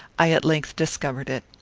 i at length discovered it.